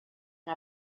and